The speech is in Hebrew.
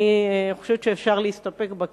אני חושבת שאפשר להסתפק בה,